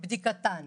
-- בדיקתן,